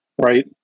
right